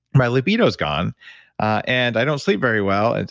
my libido's gone and i don't sleep very well. and